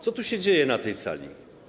Co tu się dzieje na tej sali?